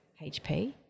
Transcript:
HP